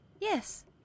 Yes